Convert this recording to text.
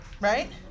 right